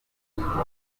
abaturage